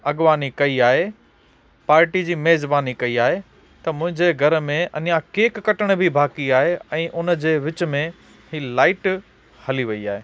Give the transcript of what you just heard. अॻिवानी कई आहे पार्टी जी मेज़बानी कई आहे त मुंहिंजे घर में अञां केक कटण बि बाक़ी आहे ऐं उन जे विचि में लाईट हली वई आहे